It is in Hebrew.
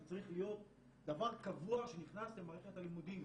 זה צריך להיות דבר קבוע שנכנס למערכת הלימודים.